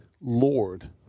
Lord